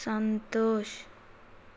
Santosh